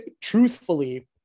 Truthfully